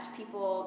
people